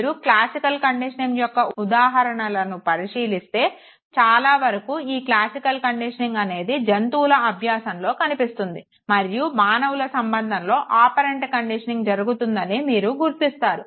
మీరు classical conditioning యొక్క ఉదాహరణలను పరిశీలిస్తే చాలా వరకు ఈ క్లాసికల్ కండిషనింగ్ అనేది జంతువుల అభ్యాసంలో కనిపిస్తుంది మరియు మానవుల సంబంధంలో ఆపరెంట్ కండిషనింగ్ జరుగుతుంది అని మీరు గుర్తిస్తారు